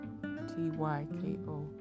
TYKO